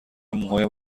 موهایم